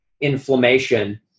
inflammation